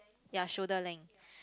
ya shoulder length